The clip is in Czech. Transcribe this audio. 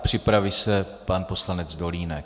Připraví se pan poslanec Dolínek.